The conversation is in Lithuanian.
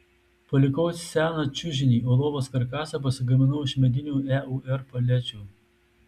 palikau seną čiužinį o lovos karkasą pasigaminau iš medinių eur palečių